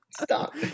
Stop